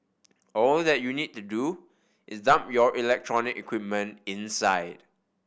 all that you need to do is dump your electronic equipment inside